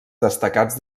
destacats